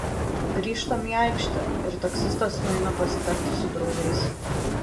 grįžtam į aikštę ir taksistas nueina pasitarti su draugais